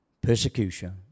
persecution